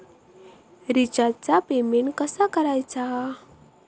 रिचार्जचा पेमेंट कसा करायचा?